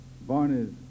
Barney's